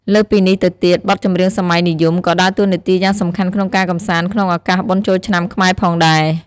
លើសពីនេះទៅទៀត បទចម្រៀងសម័យនិយម ក៏ដើរតួនាទីយ៉ាងសំខាន់ក្នុងការកម្សាន្តក្នុងឱកាសបុណ្យចូលឆ្នាំខ្មែរផងដែរ។